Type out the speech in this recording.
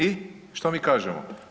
I što mi kažemo?